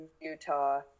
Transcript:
Utah